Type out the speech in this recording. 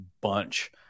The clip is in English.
bunch